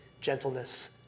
gentleness